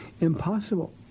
impossible